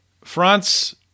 France